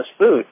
food